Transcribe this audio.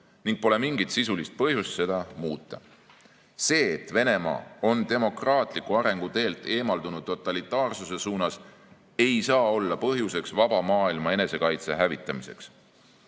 ning pole mingit sisulist põhjust seda muuta. See, et Venemaa on demokraatliku arengu teelt eemaldunud totalitaarsuse suunas, ei saa olla põhjus vaba maailma enesekaitse hävitamiseks. Kui